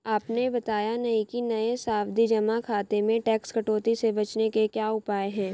आपने बताया नहीं कि नये सावधि जमा खाते में टैक्स कटौती से बचने के क्या उपाय है?